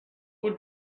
would